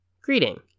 Greeting